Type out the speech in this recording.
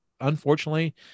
Unfortunately